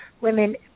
women